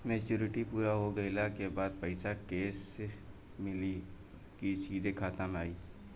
Maturity पूरा हो गइला के बाद पईसा कैश मिली की सीधे खाता में आई?